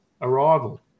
arrival